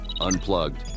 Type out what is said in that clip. Unplugged